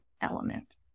element